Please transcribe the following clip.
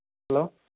hello